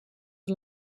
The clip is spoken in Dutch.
een